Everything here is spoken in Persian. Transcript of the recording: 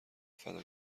فدا